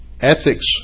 ethics